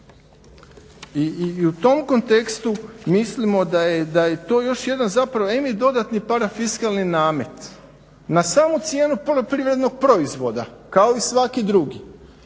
I u tom kontekstu mislimo da je to još jedan zapravo em je dodatni parafiskalni namet na samu cijenu poljoprivrednog proizvoda kao i svaki drugi,